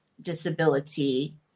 disability